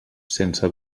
sense